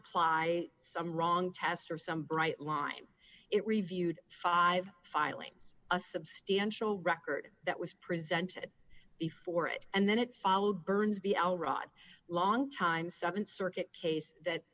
apply some wrong test or some bright line it reviewed five filings a substantial record that was presented before it and then it followed burns the hour rot long time th circuit case that